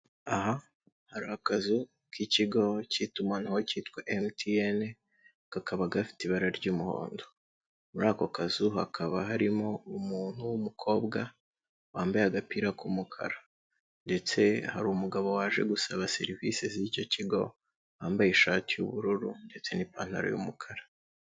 Aha hari akazu k'ikigo cy'itumanaho cyitwa MTN kakaba gafite ibara ry'umuhondo, muri ako kazu hakaba harimo umuntu w'umukobwa wambaye agapira k'umukara ndetse hari umugabo waje gusaba serivisi z'icyo kigo wambaye ishati y'ubururu ndetse n'ipantaro y'umukara.